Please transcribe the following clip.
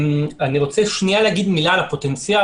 אני רוצה להגיד מילה על הפוטנציאל,